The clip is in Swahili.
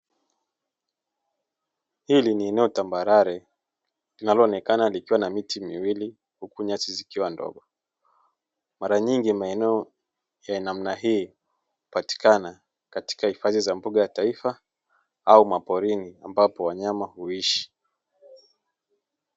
Hili ni eneo tambarare linaloonekana likiwa na miti miwili huku nyasi zikiwa ndogo. Mara nyingi maeneo ya namna hii hupatikana katika hifadhi za mbuga ya taifa au maporini ambapo wanyama huishi.